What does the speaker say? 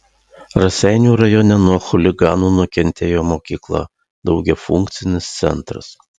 raseinių rajone nuo chuliganų nukentėjo mokykla daugiafunkcinis centras